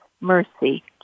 mercy